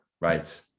right